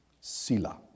Sila